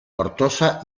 tortosa